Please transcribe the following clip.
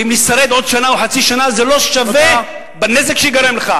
ואם נשרוד עוד שנה או חצי שנה זה לא שווה בנזק שייגרם לך.